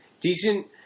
decent